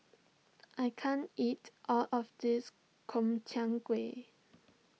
I can't eat all of this Gobchang Gui